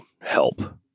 help